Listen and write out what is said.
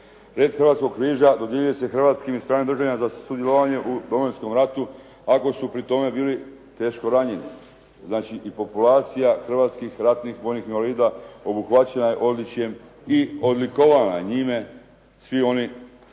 "Red Hrvatskog križa" dodjeljuje se hrvatskim i stranim državljanima za sudjelovanje u Domovinskom ratu ako su pri tome bili teško ranjeni. Znači, i populacija hrvatskih ratnih vojnih invalida obuhvaćena je odličjem i odlikovana njime svi oni za